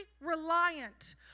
reliant